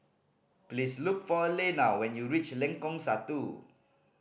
please look for Alena when you reach Lengkong Satu